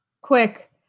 quick